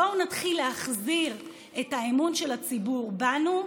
בואו נתחיל להחזיר את האמון של הציבור בנו ובהנהגה.